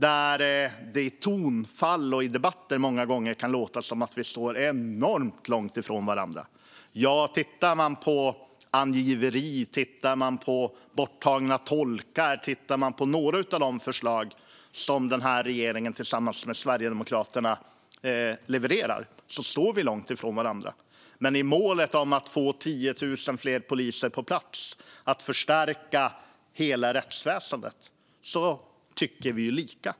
Där kan det i tonfall och i debatter låta som att vi står enormt långt ifrån varandra. Tittar man på angiveri och borttagna tolkar, några av de förslag som regeringen tillsammans med Sverigedemokraterna levererar, står vi också långt ifrån varandra. Men i målet om att få 10 000 poliser på plats och förstärka hela rättsväsendet tycker vi ju lika.